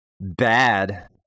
bad